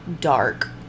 dark